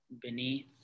beneath